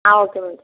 ah okay ma'am